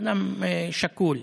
אדם שקול,